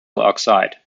oxide